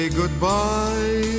goodbye